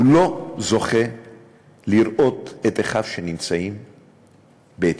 הוא לא זוכה לראות את אחיו שנמצאים באתיופיה.